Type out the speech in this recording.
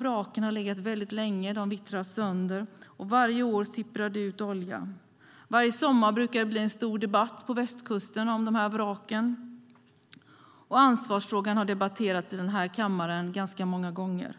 vraken har legat länge och vittrar sönder, och varje år sipprar det ut olja. Varje sommar brukar det bli en stor debatt på västkusten om dessa vrak. Ansvarsfrågan har debatterats i denna kammare ganska många gånger.